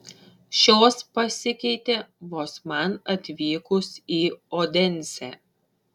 šios pasikeitė vos man atvykus į odensę